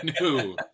No